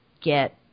get